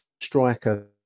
striker